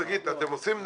שגית, אתם עושים נזק.